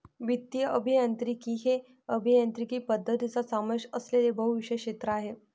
वित्तीय अभियांत्रिकी हे अभियांत्रिकी पद्धतींचा समावेश असलेले बहुविषय क्षेत्र आहे